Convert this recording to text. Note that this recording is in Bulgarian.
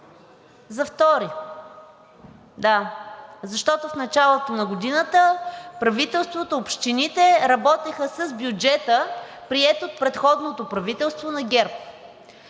За втори. Да – защото в началото на годината правителството, общините работиха с бюджета, приет от предходното правителство на ГЕРБ.